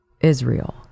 Israel